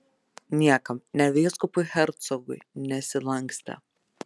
niekam nė vyskupui hercogui nesilankstė